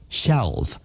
shelf